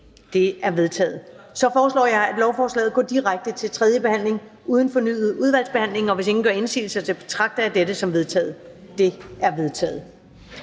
Det er vedtaget. Jeg foreslår, at lovforslaget går direkte til tredje behandling uden fornyet udvalgsbehandling, og hvis ingen gør indsigelse, betragter jeg det som vedtaget. Det er vedtaget.